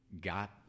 got